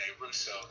Russo